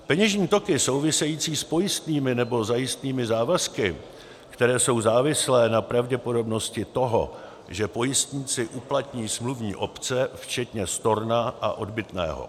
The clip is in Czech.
peněžní toky související s pojistnými nebo zajistnými závazky, které jsou závislé na pravděpodobnosti toho, že pojistníci uplatní smluvní opce, včetně storna a odbytného;